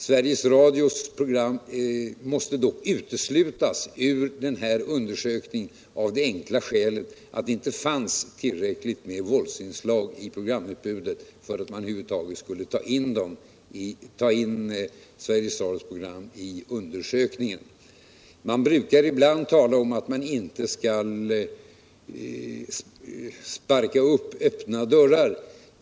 Sveriges Radios program måste dock uteslutas ur undersökningen, av det enkla skälet att det inte fanns tillräckligt med våldsinslag i programutbudet för att ta med programmen i undersökningen. Man brukar ibland tala om att man inte skall sparka upp öppna dörrar.